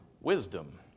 wisdom